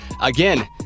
Again